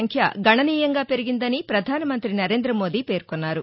సంఖ్య గణనీయంగా పెరిగిందని పధానమంతి నరేందమోది పేర్కొన్నారు